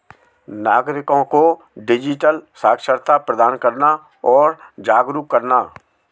नागरिको को डिजिटल साक्षरता प्रदान करना और जागरूक करना